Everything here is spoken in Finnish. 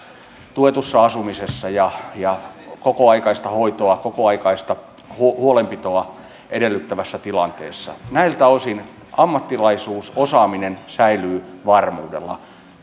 tuetussa asumisessa ja ja kokoaikaista hoitoa ja huolenpitoa edellyttävässä tilanteessa näiltä osin ammattilaisuus osaaminen säilyy varmuudella